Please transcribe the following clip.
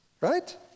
right